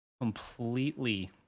completely